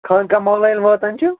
خانٛقاہ مولیٰ ییٚلہِ واتان چھِ